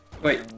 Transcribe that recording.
Wait